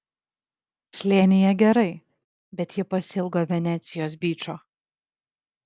slėnyje gerai bet ji pasiilgo venecijos byčo